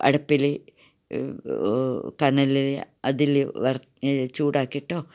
അടുപ്പിൽ കനലിൽ അതില് അവർ ചൂടാക്കിയിട്ടോ